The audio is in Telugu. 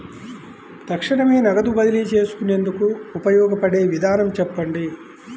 తక్షణమే నగదు బదిలీ చేసుకునేందుకు ఉపయోగపడే విధానము చెప్పండి?